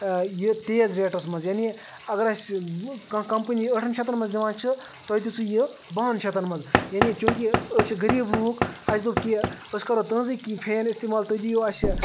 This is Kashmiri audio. یہِ تیز ریٹَس منٛز یعنی اگر اَسہِ کانٛہہ کَمپٔنی ٲٹھَن شَتَن منٛز دِوان چھِ تۄہِہ دِژُ یہِ بَہَن شَتَن منٛز یعنی چوٗنٛکہ أسۍ چھِ غریٖب لُکھ اَسہِ دوٚپ کہ أسۍ کَرو تُہٕنٛزٕے فین استعمال تُہۍ دِیو اَسہِ